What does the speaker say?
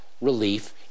relief